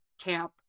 camp